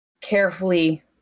Carefully